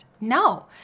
No